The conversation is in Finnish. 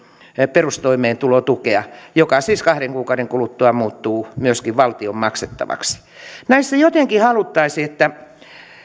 perustoimeentulotukea joka siis kahden kuukauden kuluttua muuttuu myöskin valtion maksettavaksi näissä jotenkin haluaisi että